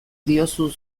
diozu